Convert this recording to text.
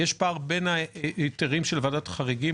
יש פער בין ההיתרים של ועדת חריגים